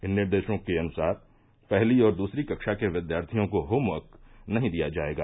इन निर्देशों के अनुसार पहली और दूसरी कक्षा के विद्यार्थियों को होमवर्क नहीं दिया जाएगा